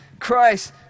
Christ